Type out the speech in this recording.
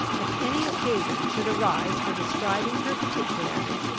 if any occasion should arise for describing her particularly,